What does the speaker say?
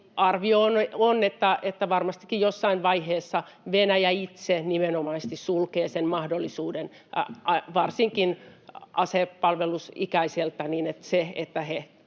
Arvio on, että varmastikin jossain vaiheessa Venäjä itse nimenomaisesti sulkee sen mahdollisuuden varsinkin asepalvelusikäisiltä niin, että he